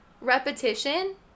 Repetition